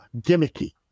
gimmicky